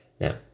Now